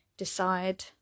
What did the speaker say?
decide